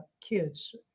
kids